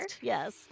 Yes